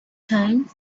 time